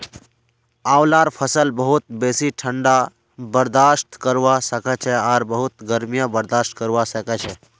आंवलार फसल बहुत बेसी ठंडा बर्दाश्त करवा सखछे आर बहुत गर्मीयों बर्दाश्त करवा सखछे